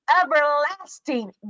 everlasting